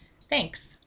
Thanks